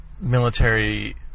military